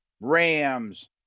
Rams